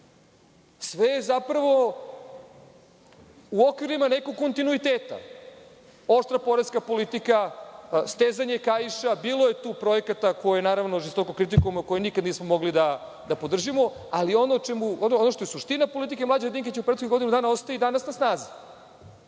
je zapravo u okvirima nekog kontinuiteta. Oštra poreska politika, stezanje kaiša, bilo je tu projekata koje naravno žestoko kritikujemo, koje nikada nismo mogli da podržimo, ali ono što je suština politike Mlađana Dinkića u prethodnih godinu dana ostaje i danas na snazi.